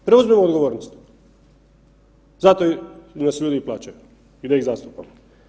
Preuzmimo odgovornost, zato nas ljudi i plaćaju i da ih zastupamo.